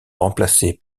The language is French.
remplacées